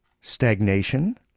stagnation